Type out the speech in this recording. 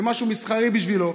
זה משהו מסחרי בשבילו,